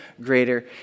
greater